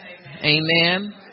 Amen